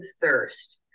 thirst